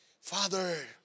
Father